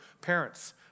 parents